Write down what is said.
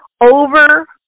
over